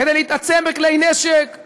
כדי להתעצם בכלי נשק,